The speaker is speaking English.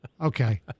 Okay